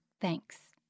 Thanks